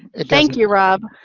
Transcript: thank you, rob.